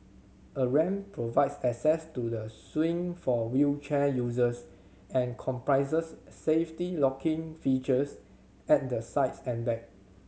a ramp provides access to the swing for wheelchair users and comprises safety locking features at the sides and back